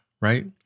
right